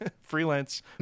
freelance